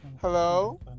Hello